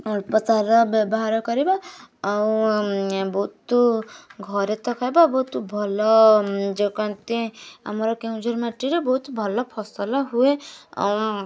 ଅଳ୍ପ ସାର ବ୍ୟବହାର କରିବା ଆଉ ବହୁତ ଘରେ ତ ଖାଇବା ବହୁତ ଭଲ ଯେଉଁ କୁହନ୍ତି ଆମର କେନ୍ଦୁଝର ମାଟିରେ ବହୁତ ଭଲ ଫସଲ ହୁଏ ଆଉ